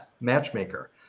Matchmaker